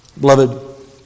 Beloved